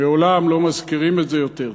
מעולם לא הזכירו את זה יותר.